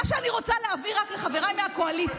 מה שאני רוצה להבהיר רק לחברי הקואליציה,